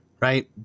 right